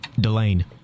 Delane